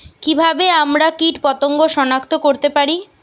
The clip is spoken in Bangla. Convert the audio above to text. কিভাবে আমরা কীটপতঙ্গ সনাক্ত করতে পারি?